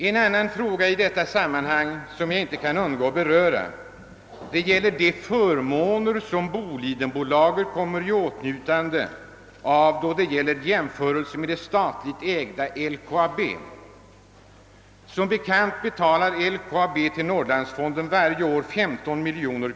En annan fråga i detta sammanhang, som jag inte kan undgå att beröra, gäller de förmåner som Bolidenbolaget kommer i åtnjutande av i jämförelse med det statligt ägda LKAB. Som bekant betalar LKAB varje år 15 miljoner kronor till Norrlandsfonden.